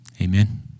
Amen